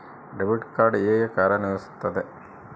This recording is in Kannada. ಡೆಬಿಟ್ ಕಾರ್ಡ್ ಹೇಗೆ ಕಾರ್ಯನಿರ್ವಹಿಸುತ್ತದೆ?